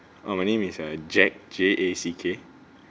uh my name is uh jack j a c k